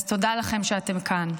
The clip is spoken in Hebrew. אז תודה לכם שאתם כאן.